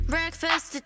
Breakfast